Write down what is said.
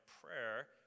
prayer